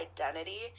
identity